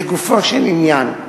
לגופו של עניין,